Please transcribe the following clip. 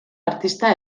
artista